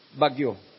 bagyo